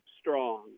strong